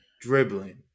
dribbling